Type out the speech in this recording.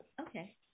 Okay